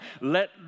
Let